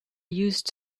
used